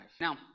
Now